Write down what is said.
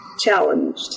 challenged